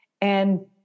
And-